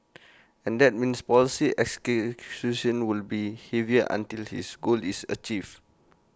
and that means policy will be heavier until his goal is achieved